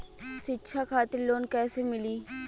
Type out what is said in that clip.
शिक्षा खातिर लोन कैसे मिली?